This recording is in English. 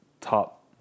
top